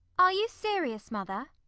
are you serious, mother?